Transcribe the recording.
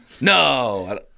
No